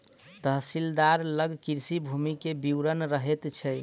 तहसीलदार लग कृषि भूमि के विवरण रहैत छै